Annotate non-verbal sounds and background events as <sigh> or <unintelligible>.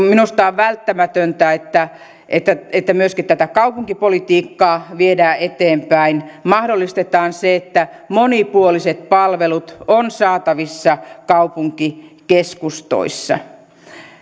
<unintelligible> minusta on välttämätöntä että että myöskin tätä kaupunkipolitiikkaa viedään eteenpäin mahdollistetaan se että monipuoliset palvelut ovat saatavissa kaupunkikeskustoissa